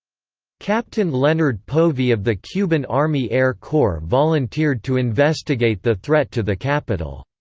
captain leonard povey of the cuban army air corps volunteered to investigate the threat to the capital.